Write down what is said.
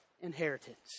inheritance